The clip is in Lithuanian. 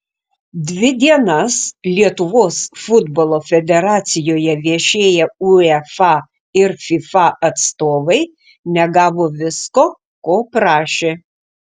dvi dienas lietuvos futbolo federacijoje viešėję uefa ir fifa atstovai negavo visko ko prašė